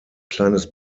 kleines